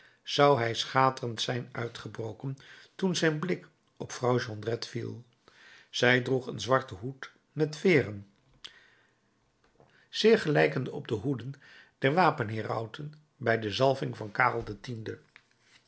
zou hij schaterend zijn uitgebroken toen zijn blik op vrouw jondrette viel zij droeg een zwarten hoed met veeren zeer gelijkende op de hoeden der wapenherauten bij de zalving van